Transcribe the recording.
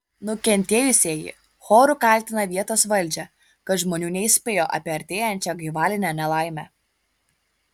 nukentėjusieji choru kaltina vietos valdžią kad žmonių neįspėjo apie artėjančią gaivalinę nelaimę